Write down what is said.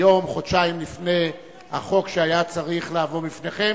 היום, חודשיים לפני החוק שהיה צריך לבוא בפניכם,